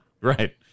Right